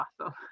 awesome